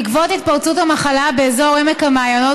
בעקבות התפרצות המחלה באזור עמק המעיינות